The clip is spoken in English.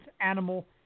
animal